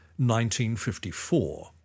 1954